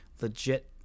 legit